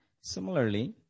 Similarly